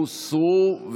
הוסרו.